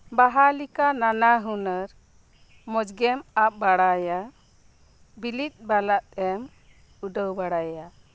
ᱵᱟᱦᱟᱞᱮᱠᱟ ᱱᱟᱱᱟ ᱦᱩᱱᱟᱹᱨ ᱢᱚᱡᱽᱜᱮᱢ ᱟᱵ ᱵᱟᱲᱟᱭᱟ ᱵᱤᱞᱤᱫ ᱵᱟᱞᱟᱫᱮᱢ ᱩᱰᱟᱹᱣ ᱵᱟᱲᱟᱭᱟ